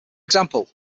example